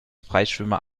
freischwimmer